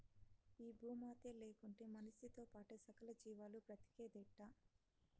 ఈ భూమాతే లేకుంటే మనిసితో పాటే సకల జీవాలు బ్రతికేదెట్టా